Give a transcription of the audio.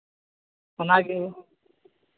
ᱚᱱᱟᱜᱮ